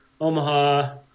Omaha